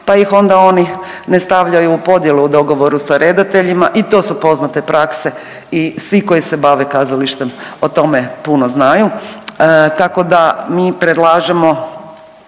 pa ih onda oni ne stavljaju u podjelu u dogovoru sa redateljima i to su poznate prakse i svi koji se bave kazalištem o tome puno znaju. Tako da mi predlažemo